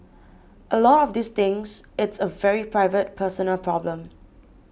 a lot of these things it's a very private personal problem